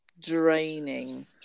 draining